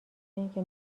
اینکه